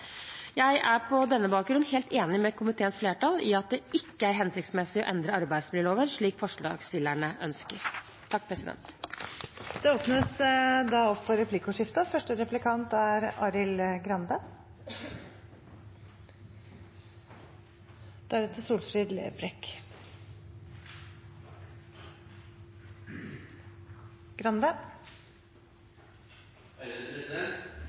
Jeg er på denne bakgrunn helt enig med komiteens flertall i at det ikke er hensiktsmessig å endre arbeidsmiljøloven, slik forslagsstillerne ønsker. Det blir replikkordskifte. Etter endringen som Tariffnemnda vedtok, har ESA lukket saken om reise, kost og losji. Det har heller ikke kommet noen nye initiativer fra regjeringen for